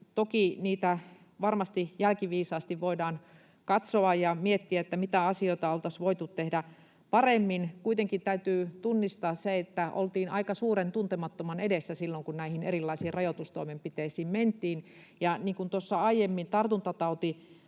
toki varmasti jälkiviisaasti voidaan katsoa ja miettiä, mitä asioita oltaisiin voitu tehdä paremmin. Kuitenkin täytyy tunnistaa se, että oltiin aika suuren tuntemattoman edessä silloin, kun näihin erilaisiin rajoitustoimenpiteisiin mentiin. Ja niin kuin tuossa aiemmin tartuntatautilain